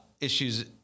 issues